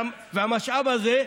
והמשאב הזה,